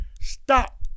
stop